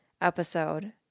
episode